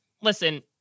listen